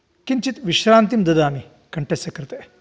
किञ्चित् विश्रान्तिं ददामि कण्ठस्य कृते